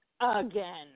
again